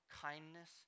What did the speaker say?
kindness